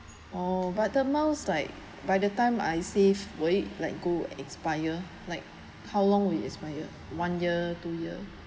oh but the miles like by the time I save will it like go expire like how long will it expire one year two year